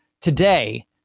today